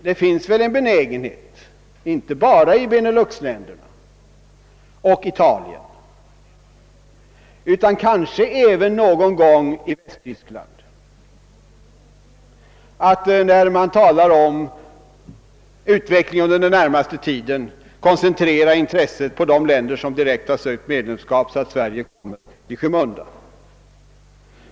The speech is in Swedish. Det finns väl en benägenhet inte bara i Benelux-länderna och i Italien utan kanske även någon gång i Västtyskland att när man talar om utvecklingen under den närmaste tiden koncentrera intresset till de länder som direkt har sökt medlemskap, så att Sverige kommer i skymundan.